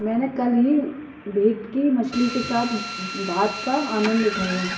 मैंने कल ही भेटकी मछली के साथ भात का आनंद उठाया